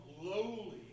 lowly